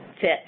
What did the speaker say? fit